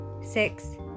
six